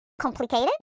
Complicated